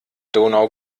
donau